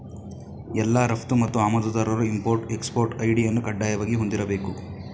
ಎಲ್ಲಾ ರಫ್ತು ಮತ್ತು ಆಮದುದಾರರು ಇಂಪೊರ್ಟ್ ಎಕ್ಸ್ಪೊರ್ಟ್ ಐ.ಡಿ ಅನ್ನು ಕಡ್ಡಾಯವಾಗಿ ಹೊಂದಿರಬೇಕು